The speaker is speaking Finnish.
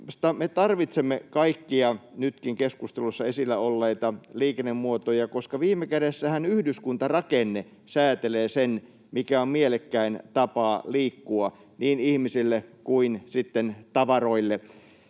me tarvitsemme kaikkia nytkin keskustelussa esillä olleita liikennemuotoja, koska viime kädessähän yhdyskuntarakenne säätelee sen, mikä on mielekkäin tapa liikkua niin ihmisille kuin sitten tavaroille.